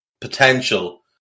potential